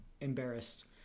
embarrassed